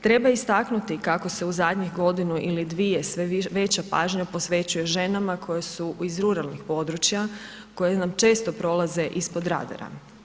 Treba istaknuti kako se u zadnjih godinu ili dvije sve veća pažnja posvećuje ženama koje su iz ruralnih područja koje nam često prolaze ispod radara.